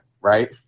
Right